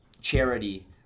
charity